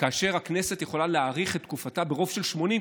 כאשר הכנסת יכולה להאריך את תקופתה ברוב של 80,